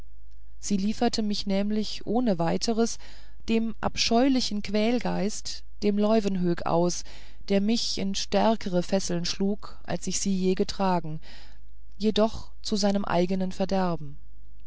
sie lieferte mich nämlich ohne weiteres dem abscheulichen quälgeist dem leuwenhoek aus der mich in stärkere fesseln schlug als ich sie je getragen jedoch zu seinem eignen verderben